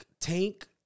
Tank